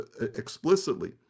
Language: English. explicitly